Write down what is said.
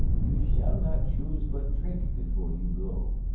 you shall not choose but drink before you go.